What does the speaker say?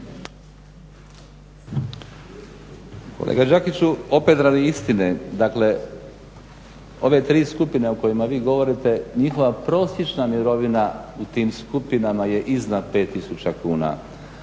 Kolega Đakiću opet radi istine, dakle ove tri skupine o kojima vi govorite njihova prosječna mirovina u tim skupinama je iznad 5000 kuna.